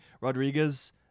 rodriguez